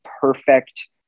perfect